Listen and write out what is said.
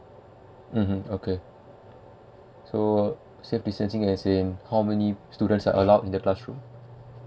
mmhmm okay so safe distancing as in how many students are allowed in the classroom